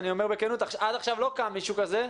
אני אומר בכנות: עד עכשיו לא קם מישהו כזה.